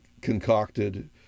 concocted